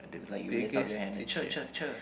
it's like you raised up your hand then cher cher cher